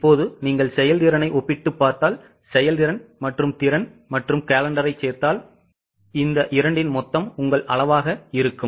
இப்போது நீங்கள் செயல்திறனை ஒப்பிட்டுப் பார்த்தால் செயல்திறன் மற்றும் திறன் மற்றும் காலெண்டரைச் சேர்த்தால் இந்த 2 இன் மொத்தம் உங்கள் அளவாக இருக்கும்